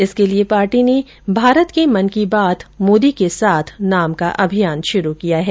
इसके लिये पार्टी ने भारत के मन की बात मोदी के साथ नाम का अभियान शुरू किया है